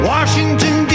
Washington